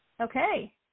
Okay